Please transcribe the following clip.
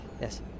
Yes